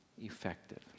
effective